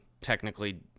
technically